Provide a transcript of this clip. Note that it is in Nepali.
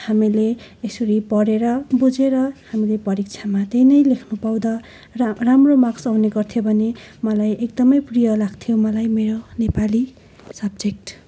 हामीले यसरी पढेर बुझेर हामीले परिक्षामा त्यही नै लेख्नु पाउँदा र राम्रो मार्क्स आउने गर्थ्यो भने मलाई एकदमै प्रिय लाग्थ्यो मलाई मेरो नेपाली सब्जेक्ट